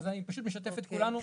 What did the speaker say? אני משתף את כולנו.